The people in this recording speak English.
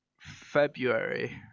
February